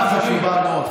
זה לא המעודכן.